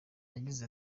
yagize